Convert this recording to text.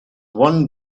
one